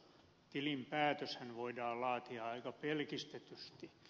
tilinpäätöshän voidaan laatia aika pelkistetysti